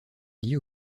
liées